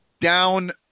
Down